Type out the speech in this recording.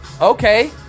Okay